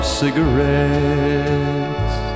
cigarettes